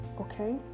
Okay